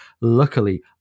Luckily